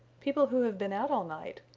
people who have been out all night,